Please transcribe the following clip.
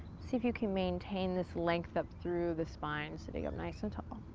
see if you can maintain this length up through the spine sitting up nice and tall.